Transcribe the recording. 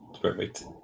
Perfect